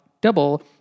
double